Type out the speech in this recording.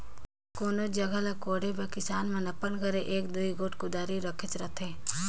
कोनोच जगहा ल कोड़े बर किसान मन अपन घरे एक दूई गोट कुदारी रखेच रहथे